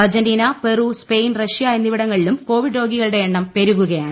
Argentina Peru Spain Russia എന്നിവിടങ്ങളിലും രോഗികളുടെ COVID എണ്ണം പെരുകുകയാണ്